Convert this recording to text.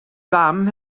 fam